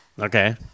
okay